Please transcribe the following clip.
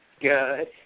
Good